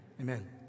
Amen